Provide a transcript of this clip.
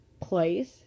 place